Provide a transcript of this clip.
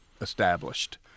established